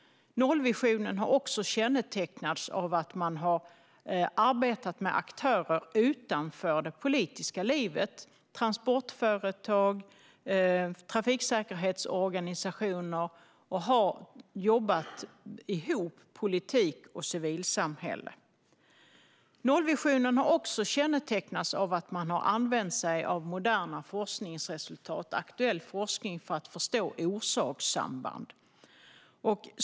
Nollvisionen har kännetecknats av att man har arbetat med aktörer utanför det politiska livet. Transportföretag och trafiksäkerhetsorganisationer har jobbat ihop, och politiken har jobbat ihop med civilsamhället. Nollvisionen har också kännetecknats av att man har använt sig av moderna forskningsresultat och aktuell forskning för att förstå orsakssamband.